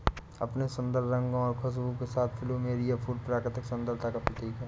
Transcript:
अपने सुंदर रंगों और खुशबू के साथ प्लूमेरिअ फूल प्राकृतिक सुंदरता का प्रतीक है